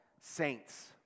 saints